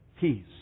peace